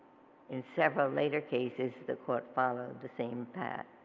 in several later cases the court followed the same path.